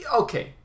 Okay